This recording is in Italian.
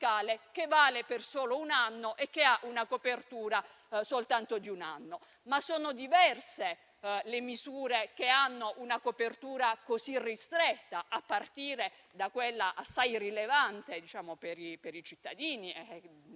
che valesse per un solo anno e che avesse una copertura di un solo anno. Ma sono diverse le misure che hanno una copertura così ristretta, a partire da quella assai rilevante per i cittadini e